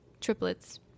triplets